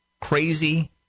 crazy